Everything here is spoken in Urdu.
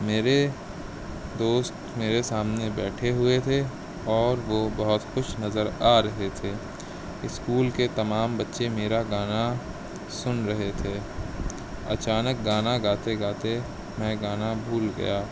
میرے دوست میرے سامنے بیٹھے ہوئے تھے اور وہ بہت خوش نظر آ رہے تھے اسکول کے تمام بچے میرا گانا سن رہے تھے اچانک گانا گاتے گاتے میں گانا بھول گیا